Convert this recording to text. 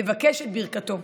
לבקש את ברכתו.